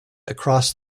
across